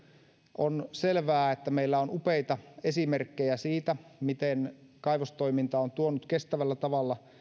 on selvää että meillä on upeita esimerkkejä siitä miten kaivostoiminta on tuonut kestävällä tavalla